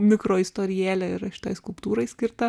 mikroistorijėlė yra šitai skulptūrai skirta